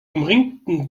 umringten